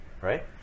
Right